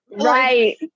Right